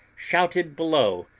shouted below,